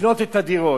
לקנות את הדירות.